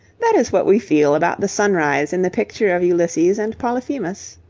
that is what we feel about the sunrise in the picture of ulysses and polyphemus.